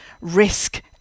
risk